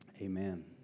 Amen